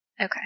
Okay